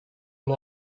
and